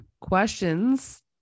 questions